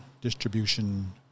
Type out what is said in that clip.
Distribution